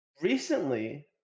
Recently